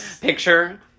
picture